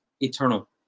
eternal